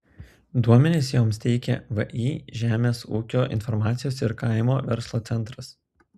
duomenis joms teikia vį žemės ūkio informacijos ir kaimo verslo centras